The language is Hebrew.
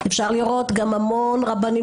אפשר לראות גם המון רבנים,